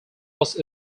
was